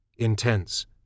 Intense